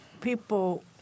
people